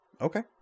okay